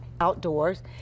outdoors